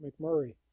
McMurray